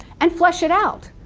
and flesh it out.